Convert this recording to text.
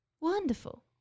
Wonderful